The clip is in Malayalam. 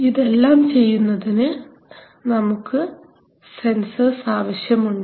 ഇതെല്ലാം ചെയ്യുന്നതിന് നമുക്ക് സെൻസർസ് ആവശ്യമുണ്ട്